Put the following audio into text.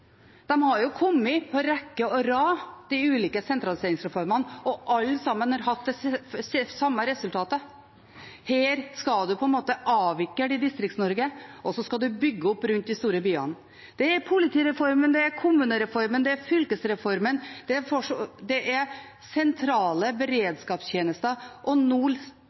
kommet på rekke og rad, og alle har hatt det samme resultatet: Man skal avvikle i Distrikts-Norge og bygge opp rundt de store byene. Det er politireformen, det er kommunereformen, det er fylkesreformen, det gjelder sentrale beredskapstjenester, og nå står altså domstolene for tur. Det er